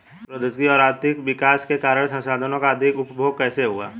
प्रौद्योगिक और आर्थिक विकास के कारण संसाधानों का अधिक उपभोग कैसे हुआ है?